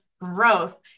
growth